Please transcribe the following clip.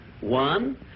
One